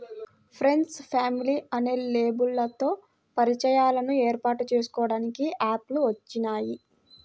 friends, family అనే లేబుల్లతో పరిచయాలను ఏర్పాటు చేసుకోడానికి యాప్ లు వచ్చినియ్యి